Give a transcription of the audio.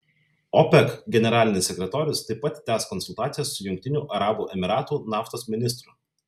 opec generalinis sekretorius taip pat tęs konsultacijas su jungtinių arabų emyratų naftos ministru